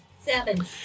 Seven